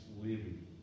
living